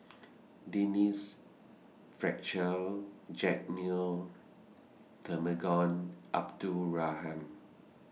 Denise Fletcher Jack Neo Temenggong Abdul Rahman